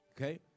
Okay